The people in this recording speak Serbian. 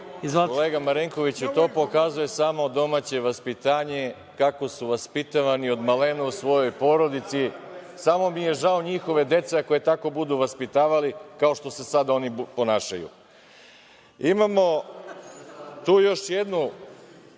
Kolega Marinkoviću, to pokazuje samo domaće vaspitanje, kako su vaspitavani od malena u svojoj porodici. Samo mi je žao njihove dece ako ih tako budu vaspitavali, kao što se sada oni ponašaju.(Narodni poslanici